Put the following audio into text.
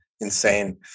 insane